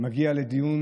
הוא מגיע לדיון